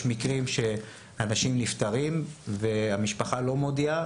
יש מקרים שאנשים נפטרים והמשפחה לא מודיעה